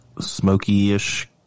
smoky-ish